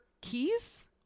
keys